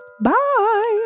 Bye